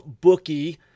bookie